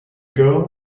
girl